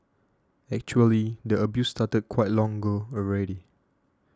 actually the abuse started quite long ago already